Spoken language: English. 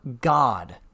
God